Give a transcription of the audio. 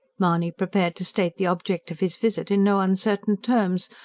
mahony prepared to state the object of his visit in no uncertain terms.